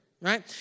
right